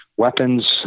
Weapons